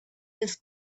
his